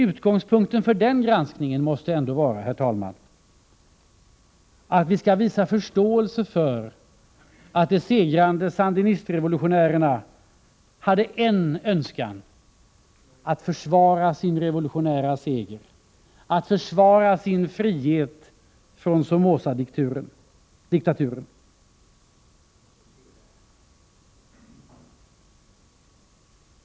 Utgångspunkten för den granskningen måste ändå vara, herr talman, att vi skall visa förståelse för att de segrande sandinistrevolutionärerna hade en önskan, att försvara sin revolutionära seger, att försvara sin frihet från Somozadiktaturen.